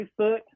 Facebook